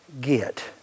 get